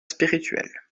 spirituel